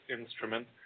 instrument